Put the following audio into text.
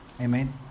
Amen